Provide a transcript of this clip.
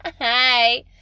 Hi